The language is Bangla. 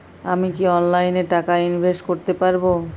আমি কি অনলাইনে টাকা ইনভেস্ট করতে পারবো?